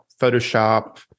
Photoshop